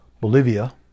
Bolivia